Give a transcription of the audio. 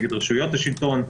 השלטון, רשויות השלטון.